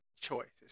choices